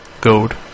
Gold